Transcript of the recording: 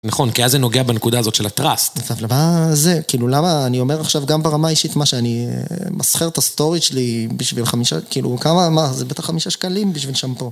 נכון, כי אז זה נוגע בנקודה הזאת של הטראסט. עכשיו, למה זה? כאילו, למה אני אומר עכשיו גם ברמה האישית מה שאני אמסחר את הסטורי שלי בשביל חמישה, כאילו, כמה, מה, זה בטח חמישה שקלים בשביל שמפו.